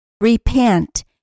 Repent